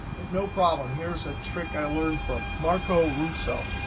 but no problem, here's a trick i learned from marco russo.